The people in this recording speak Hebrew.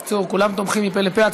בקיצור, כולם תומכים, מפה לפה.